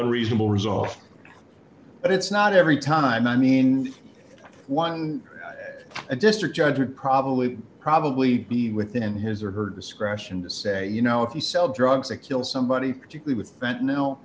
on reasonable results but it's not every time i mean one and district judge would probably probably be within his or her discretion to say you know if you sell drugs or kill somebody particular with that now